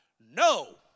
No